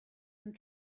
and